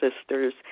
sisters